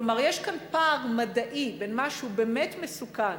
כלומר יש כאן פער מדעי בין מה שהוא באמת מסוכן